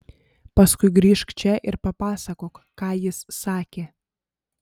paskui grįžk čia ir papasakok ką jis sakė